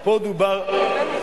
לא,